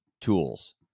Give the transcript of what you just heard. tools